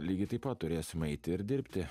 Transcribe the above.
lygiai taip pat turėsim eiti ir dirbti